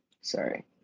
sorry